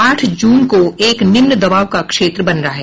आठ जून को एक निम्न दबाव का क्षेत्र बन रहा है